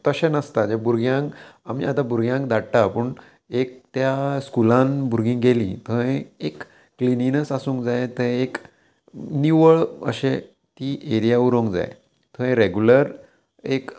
तशें नासता जे भुरग्यांक आमी आतां भुरग्यांक धाडटा पूण एक त्या स्कुलान भुरगीं गेलीं थंय एक क्लिनिनस आसूंक जाय थंय एक निवळ अशें ती एरिया उरोंक जाय थंय रेगुलर एक